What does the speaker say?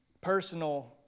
Personal